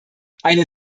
eine